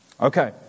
Okay